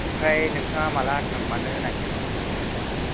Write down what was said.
ओमफ्राय नोंथाङा माब्ला थांमारनो नागिरदों बाजाराव